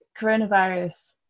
coronavirus